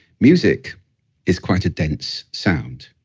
music is quite a dense sound,